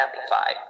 amplified